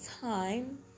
time